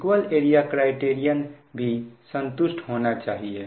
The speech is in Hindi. इक्वल एरिया क्राइटेरियन भी संतुष्ट होना चाहिए